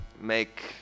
make